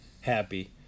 happy